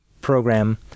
program